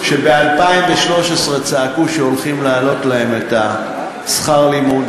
שב-2013 צעקו שהולכים להעלות להם את שכר הלימוד,